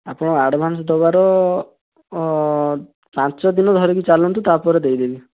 ଆପଣ ଆଡ଼ଭାନ୍ସ୍ ଦେବାର ପାଞ୍ଚଦିନ ଧରିକି ଚାଲନ୍ତୁ ତା'ପରେ ଦେଇ ଦେବି